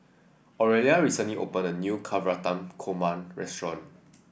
Orelia recently opened a new Navratan Korma restaurant